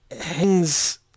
hangs